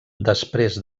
després